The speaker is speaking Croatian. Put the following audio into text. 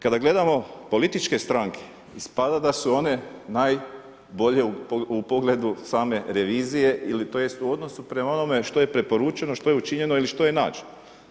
Kada gledamo političke stranke, ispada da su one najbolje u pogledu same revizije ili tj. u odnosu prema onome što je preporučeno, što je učinjeno ili što je nađeno.